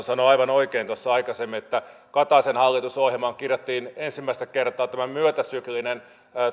sanoi aivan oikein tuossa aikaisemmin että kataisen hallitusohjelmaan kirjattiin ensimmäistä kertaa tämä myötäsyklinen